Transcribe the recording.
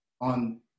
on